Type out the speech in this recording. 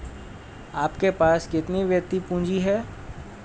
आपके पास कितनी वित्तीय पूँजी है?